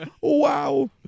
Wow